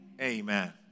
amen